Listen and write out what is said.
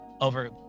over